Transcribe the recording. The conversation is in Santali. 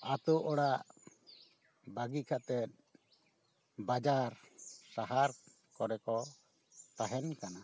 ᱟᱛᱳ ᱚᱲᱟᱜ ᱵᱟᱹᱜᱤ ᱠᱟᱛᱮᱜ ᱵᱟᱡᱟᱨ ᱥᱟᱦᱟᱨ ᱠᱚᱨᱮ ᱠᱚ ᱛᱟᱦᱮᱱ ᱠᱟᱱᱟ